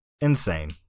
insane